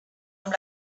amb